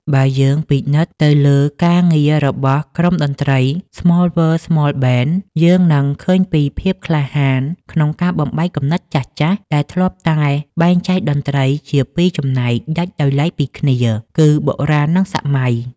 បើយើងពិនិត្យទៅលើការងាររបស់ក្រុមតន្ត្រី ស្ម័លវើល ស្ម័លប៊ែន (SmallWorld SmallBand) យើងនឹងឃើញពីភាពក្លាហានក្នុងការបំបែកគំនិតចាស់ៗដែលធ្លាប់តែបែងចែកតន្ត្រីជាពីរចំណែកដាច់ដោយឡែកពីគ្នា គឺបុរាណ និងសម័យ។